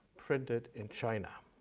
printed in china.